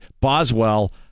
Boswell